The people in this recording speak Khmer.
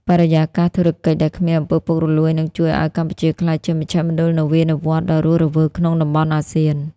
បរិយាកាសធុរកិច្ចដែលគ្មាន អំពើពុករលួយ នឹងជួយឱ្យកម្ពុជាក្លាយជា "មជ្ឈមណ្ឌលនវានុវត្តន៍" ដ៏រស់រវើកក្នុងតំបន់អាស៊ាន។